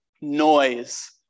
noise